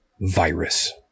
virus